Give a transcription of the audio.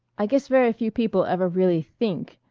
i guess very few people ever really think,